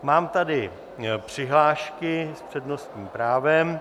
Mám tady přihlášky s přednostním právem.